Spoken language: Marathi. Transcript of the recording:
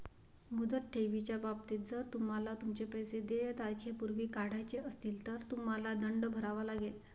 मुदत ठेवीच्या बाबतीत, जर तुम्हाला तुमचे पैसे देय तारखेपूर्वी काढायचे असतील, तर तुम्हाला दंड भरावा लागेल